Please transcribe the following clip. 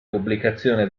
pubblicazione